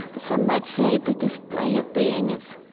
some might say that this way of being is